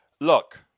Look